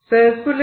A